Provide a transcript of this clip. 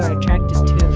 attracted to.